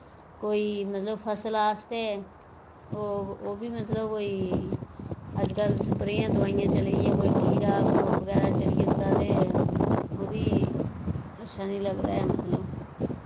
कोई मतलब फसल आस्तै ओह् बी मतलब कोई अज्ज्कल स्प्रेयां दोआइयां चली दियां कोई कीड़ा कुन बगैरा चली जंदा ते ओह् बी अच्छा नि लगदा ऐ मतलब